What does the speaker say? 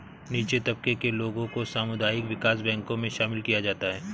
नीचे तबके के लोगों को सामुदायिक विकास बैंकों मे शामिल किया जाता है